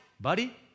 buddy